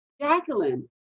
Jacqueline